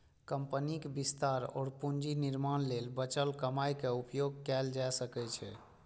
कंपनीक विस्तार और पूंजी निर्माण लेल बचल कमाइ के उपयोग कैल जा सकै छै